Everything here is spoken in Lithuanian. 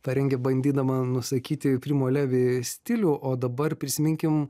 parengė bandydama nusakyti primo levi stilių o dabar prisiminkim